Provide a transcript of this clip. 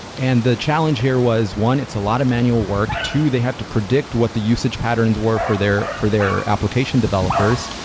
and the challenge here was, one, it's a lot of manual work. two, they had to predict what the usage patterns were for their for their application developers,